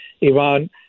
Iran